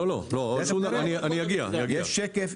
יש שקף,